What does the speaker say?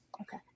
Okay